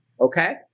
okay